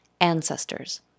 ancestors